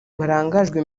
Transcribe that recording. barangajwe